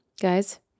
guys